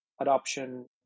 adoption